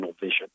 vision